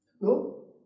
No